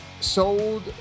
sold